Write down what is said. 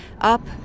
up